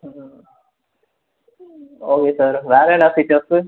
ஆ okay sir வேறு என்ன futures